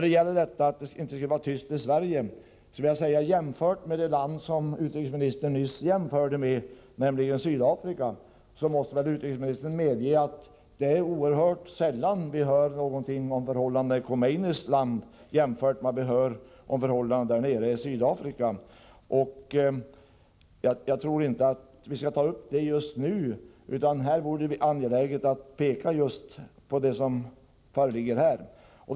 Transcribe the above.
Det skulle enligt utrikesministern inte vara tyst i Sverige om dessa förhållanden. Men utrikesministern måste väl medge att det jämfört med det land som utrikesministern nyss nämnde, nämligen Sydafrika, är oerhört sällan vi hör någonting om förhållandena i Khomeinis land. Jag tror inte att vi skall nöja oss med detta, utan det är angeläget att uppmärksamma de problem som föreligger just i Iran.